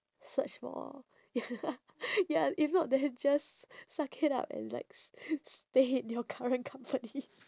search for ya ya if not then just suck it up and like st~ stay in your current company